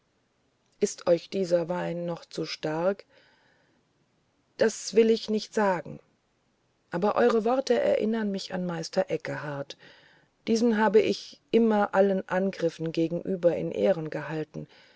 ist euch dieser wein noch zu stark das will ich nicht gesagt haben aber eure worte erinnern mich an meister eckehart diesen habe ich immer allen angriffen gegenüber in ehren gehalten